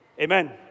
amen